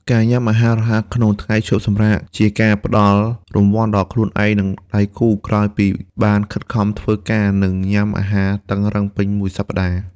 ការញ៉ាំអាហាររហ័សក្នុងថ្ងៃឈប់សម្រាក ជាការផ្ដល់រង្វាន់ដល់ខ្លួនឯង និងដៃគូក្រោយពីបានខិតខំធ្វើការ និងញ៉ាំអាហារតឹងរ៉ឹងពេញមួយសប្ដាហ៍។